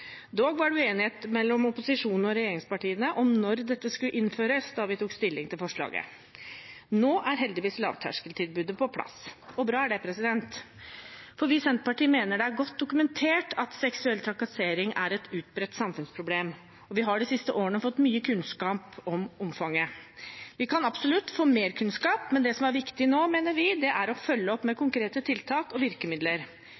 Dog var det uenighet mellom opposisjonspartiene og regjeringspartiene om når dette skulle innføres, da vi tok stilling til forslaget. Nå er heldigvis lavterskeltilbudet på plass, og bra er det, for vi i Senterpartiet mener det er godt dokumentert at seksuell trakassering er et utbredt samfunnsproblem, og vi har de siste årene fått mye kunnskap om omfanget. Vi kan absolutt få mer kunnskap, men det som er viktig nå, mener vi, er å følge opp med